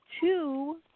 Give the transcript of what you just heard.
two